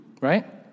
right